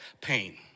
pain